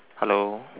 hello